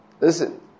Listen